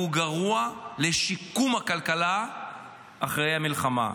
והוא גרוע לשיקום הכלכלה אחרי המלחמה.